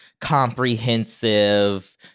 comprehensive